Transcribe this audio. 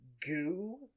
goo